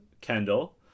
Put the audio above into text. Kendall